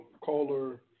caller